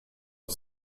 auf